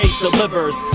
delivers